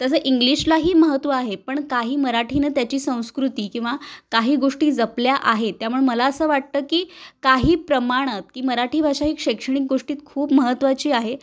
तसं इंग्लिशलाही महत्त्व आहे पण काही मराठीनं त्याची संस्कृती किंवा काही गोष्टी जपल्या आहे त्यामुळं मला असं वाटतं की काही प्रमाणात की मराठी भाषा ही शैक्षणिक गोष्टीत खूप महत्त्वाची आहे